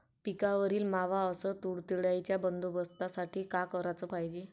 पिकावरील मावा अस तुडतुड्याइच्या बंदोबस्तासाठी का कराच पायजे?